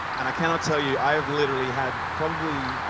and i cannot tell you, i have literally had probably,